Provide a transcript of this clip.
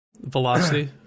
velocity